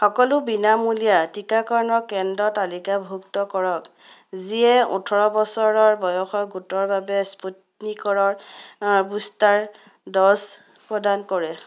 সকলো বিনামূলীয়া টিকাকৰণৰ কেন্দ্ৰ তালিকাভুক্ত কৰক যিয়ে ওঠৰ বছৰৰ বয়সৰ গোটৰ বাবে স্পুটনিকৰৰ বুষ্টাৰ ড'জ প্ৰদান কৰে